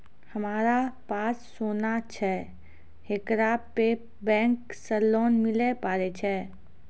हमारा पास सोना छै येकरा पे बैंक से लोन मिले पारे छै?